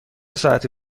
ساعتی